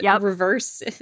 reverse